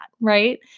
right